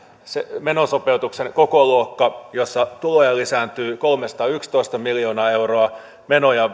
menosopeutuksen kokoluokka jossa tuloja lisääntyy kolmesataayksitoista miljoonaa euroa menoja